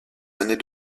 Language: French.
années